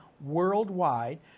worldwide